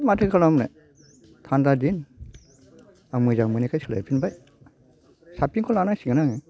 माथो खालामनो थान्दा दिन आं मोजां मोनैखाय सोलायहैफिनबाय साबसिनखौ लानांसिगोन आङो